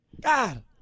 God